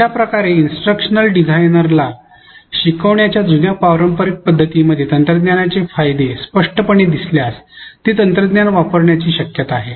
अशा प्रकारे सूचनात्मक डिझाईनर्सना शिकवणीच्या जुन्या पारंपारिक पद्धतींमध्ये तंत्रज्ञानाचे फायदे स्पष्टपणे दिसल्यास ते तंत्रज्ञान वापरण्याची शक्यता आहे